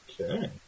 Okay